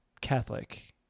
Catholic